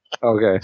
Okay